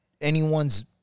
anyone's